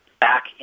back